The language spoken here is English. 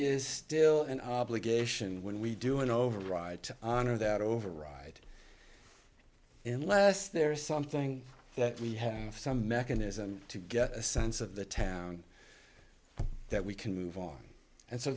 is still an obligation when we do an override to honor that override unless there is something that we have some mechanism to get a sense of the town that we can move on and so